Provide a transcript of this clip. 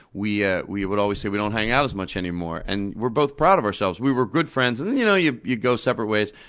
we ah we would always say, we don't hang out as much anymore. and we're both proud of ourselves. we were good friends, and then, you know, you you go separate ways.